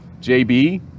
JB